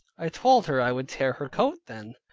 i told her i would tear her coat then.